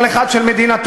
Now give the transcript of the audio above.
כל אחד של מדינתו.